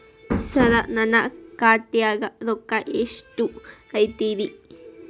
ಸರ ನನ್ನ ಖಾತ್ಯಾಗ ರೊಕ್ಕ ಎಷ್ಟು ಐತಿರಿ?